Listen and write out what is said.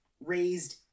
raised